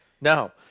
No